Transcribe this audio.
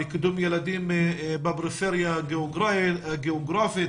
לקידום ילדים בפריפריה הגאוגרפית,